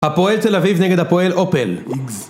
הפועל תל אביב נגד הפועל אופל